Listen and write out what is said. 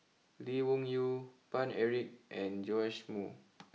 Lee Wung Yew Paine Eric and Joash Moo